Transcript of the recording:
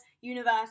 universe